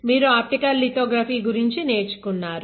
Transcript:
మీరు optical lithography గురించి నేర్చుకున్నారు